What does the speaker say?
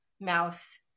mouse